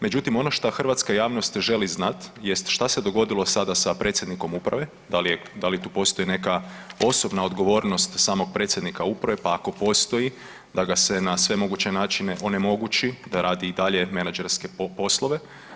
Međutim, ono šta hrvatska javnost želi znat jest šta se dogodilo sada sa predsjednikom uprave, da li je, da li tu postoji neka osobna odgovornost samog predsjednika uprave, pa ako postoji da ga se na sve moguće načine onemoguće da radi i dalje menadžerske poslove?